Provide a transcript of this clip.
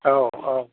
औ औ